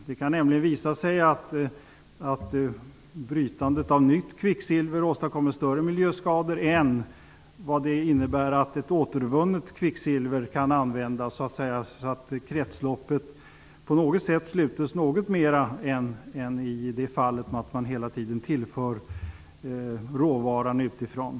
Det kan nämligen visa sig att brytandet av nytt kvicksilver åstadkommer större miljöskador än vad det innebär att återvunnet kvicksilver kan användas, så att kretsloppet sluts något mer än i det fallet att råvaran hela tiden tillförs utifrån.